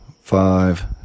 five